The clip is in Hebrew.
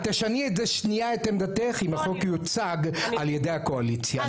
תשני שנייה את עמדתך אם החוק יוצג על ידי הקואליציה,